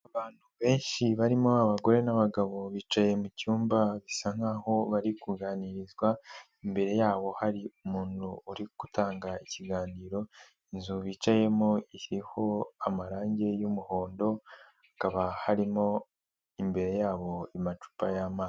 Abantu benshi barimo abagore n'abagabo bicaye mucyumba bisa nk'aho bari kuganirizwa, imbere yabo hari umuntu uri gutanga ikiganiro, inzu bicayemoho iriho amarangi y'umuhondo, hakaba harimo imbere yabo amacupa y'amazi.